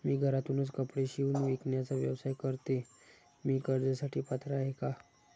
मी घरातूनच कपडे शिवून विकण्याचा व्यवसाय करते, मी कर्जासाठी पात्र आहे का?